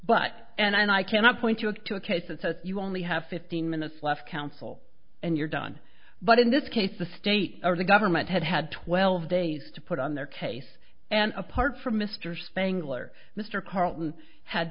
but and i cannot point you to a case that says you only have fifteen minutes left counsel and you're done but in this case the state or the government had had twelve days to put on their case and apart from mr spangler mr carlton had